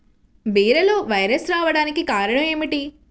బీరలో వైరస్ రావడానికి కారణం ఏమిటి?